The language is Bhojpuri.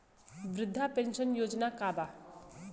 वृद्ध पेंशन योजना का बा?